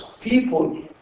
people